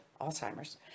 Alzheimer's